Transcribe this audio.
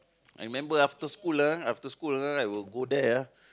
I remember after school ah after school ah I will go there ah